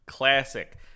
classic